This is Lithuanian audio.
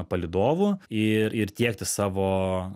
palydovų ir ir tiekti savo